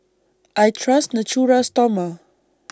I Trust Natura Stoma